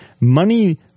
money